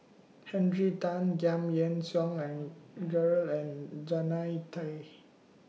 Henry Tan Giam Yean Song and Gerald and Jannie Tay